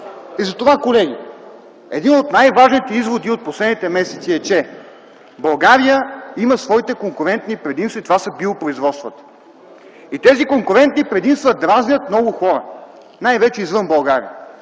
И затова, колеги, един от най-важните изводи през последните месеци е, че България има своите конкурентни предимства - това са биопроизводствата, и те дразнят много хора, най-вече извън България.